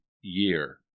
year